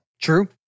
True